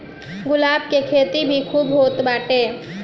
गुलाब के खेती भी खूब होत बाटे